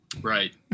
right